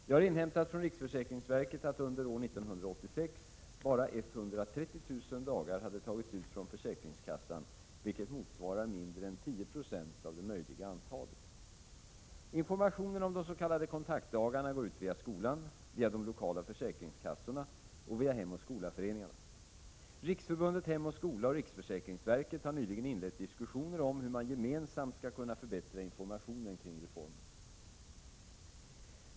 Jag har inhämtat från riksförsäkringsverket att under 1986 endast 130 000 dagar hade tagits ut från försäkringskassan, vilket motsvarar mindre än 10 96 av det möjliga antalet. Informationen om de s.k. kontaktdagarna går ut via skolan, via de lokala försäkringskassorna och via Hem och skola-föreningarna. Riksförbundet Hem och skola och riksförsäkringsverket har nyligen inlett diskussioner om hur man gemensamt skall kunna förbättra informationen kring reformen.